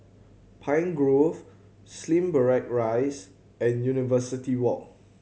Pine Grove Slim Barrack Rise and University Walk